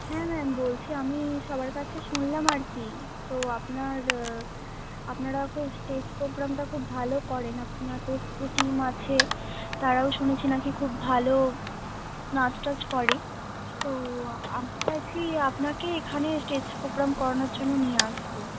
হ্যাঁ ম্যাম বলছি আমি সবার কাছে শুনলাম আর কি তো আপনার আপনারা খুব স্টেজ প্রোগ্রামটা খুব ভালো করেন আপনাদের যে টিম আছে তারাও শুনেছি নাকি খুব ভালো নাচ টাচ করে তো আমি চাইছি আপনাকে এখানে স্টেজ প্রোগ্রাম করানোর জন্য নিয়ে আসবো